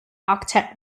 octet